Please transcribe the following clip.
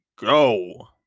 go